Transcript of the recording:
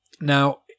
Now